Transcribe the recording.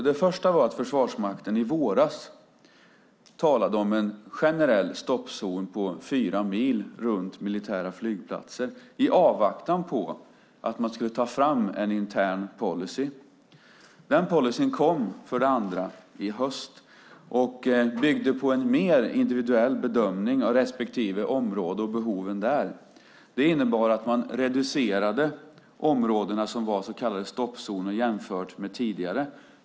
För det första talade Försvarsmakten i våras om en generell stoppzon på fyra mil runt militära flygplatser i avvaktan på att man skulle ta fram en intern policy. För det andra kom den policyn i höstas och byggde på en mer individuell bedömning av respektive område och behoven där. Det innebar att man reducerade områdena som var så kallade stoppzoner jämfört med tidigare.